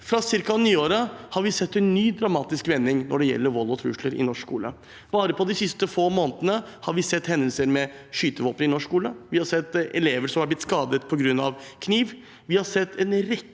fra nyåret har vi sett en ny, dramatisk vending når det gjelder vold og trusler i norsk skole. Bare på de siste få månedene har vi sett hendelser med skytevåpen i norsk skole, vi har sett elever som har blitt skadet på grunn av kniv,